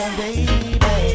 baby